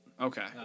Okay